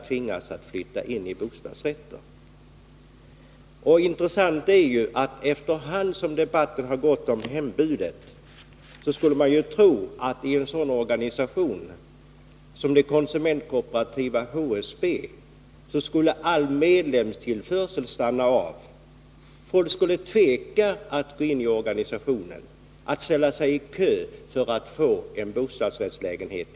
Man skulle vidare kunna tro att efter hand som debatten om hembudet fortskrider skulle all medlemstillströmning stanna av i en sådan organisation som det konsumentkooperativa HSB. Folk skulle då tveka inför att gå in i organisationen och där ställa sig i kö för att få en bostadsrättslägenhet.